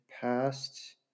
past